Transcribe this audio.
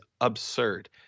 absurd